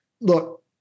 look